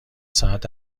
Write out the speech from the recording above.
ساعت